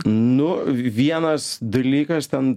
nu vienas dalykas ten